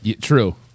True